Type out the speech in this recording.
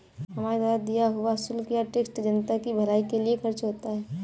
हमारे द्वारा दिया हुआ शुल्क या टैक्स जनता की भलाई के लिए खर्च होता है